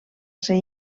ser